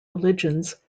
religions